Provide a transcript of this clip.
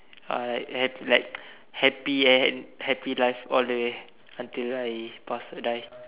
or like happy end happy life all the way until I pass uh die